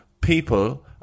people